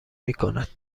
میکند